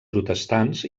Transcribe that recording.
protestants